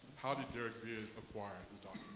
how did derrick beard acquire and